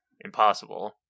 impossible